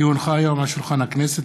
כי הונחה היום על שולחן הכנסת,